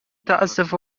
تعزف